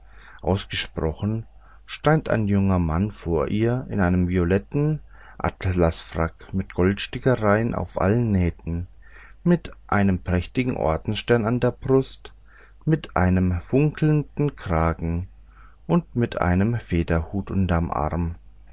ausgesprochen stand ein junger mann vor ihr in einem violett atlas frack mit goldstickerei auf allen nähten mit einem prächtigen ordensstern an der brust mit einem funkelnden kragen und mit einem federhut unterm arm